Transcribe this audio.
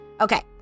okay